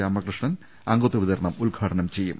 രാമകൃഷ്ണൻ അംഗത്വ വിതർണം ഉദ്ഘാടനം ചെയ്യും